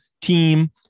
Team